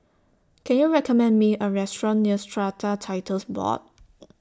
Can YOU recommend Me A Restaurant near Strata Titles Board